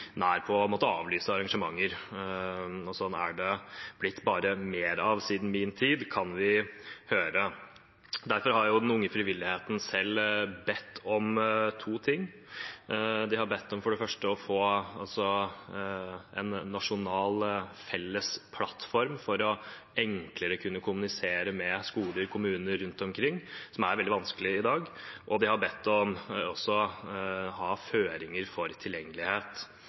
på å måtte avlyse arrangementer. Sånt har det bare blitt mer av siden min tid, kan vi høre. Derfor har den unge frivilligheten selv bedt om to ting. De har for det første bedt om å få en nasjonal felles plattform for enklere å kunne kommunisere med skoler og kommuner rundt omkring, som er veldig vanskelig i dag, og de har bedt om å ha føringer for tilgjengelighet.